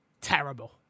Terrible